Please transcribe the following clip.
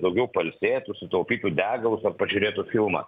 daugiau pailsėtų sutaupytų degalus ar pažiūrėtų filmą